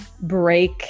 break